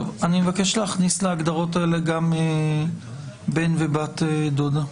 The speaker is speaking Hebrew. אני מבקש להכניס להגדרות האלה גם בן ובת דודה.